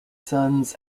sons